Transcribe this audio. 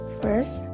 first